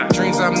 Dreams